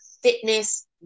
fitness